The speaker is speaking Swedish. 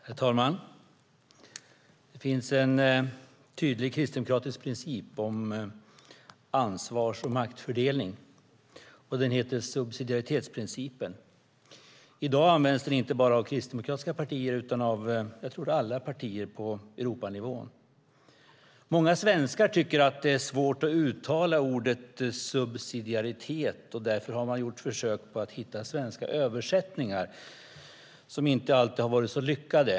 Herr talman! Det finns en tydlig kristdemokratisk princip om ansvars och maktfördelning. Den heter subsidiaritetsprincipen. I dag används den inte bara av kristdemokratiska partier utan, tror jag, av alla partier på Europanivå. Många svenskar tycker att det är svårt att uttala ordet "subsidiaritet", och därför har det gjorts försök att hitta svenska översättningar, som inte alltid har varit så lyckade.